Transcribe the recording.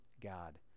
God